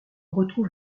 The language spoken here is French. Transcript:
retrouve